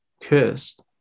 cursed